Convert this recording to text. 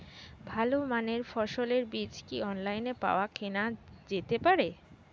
ভালো মানের ফসলের বীজ কি অনলাইনে পাওয়া কেনা যেতে পারে?